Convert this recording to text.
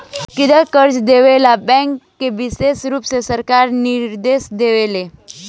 व्यक्तिगत कर्जा देवे ला बैंक के विशेष रुप से सरकार निर्देश देवे ले